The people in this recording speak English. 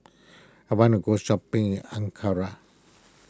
I want to go shopping in Ankara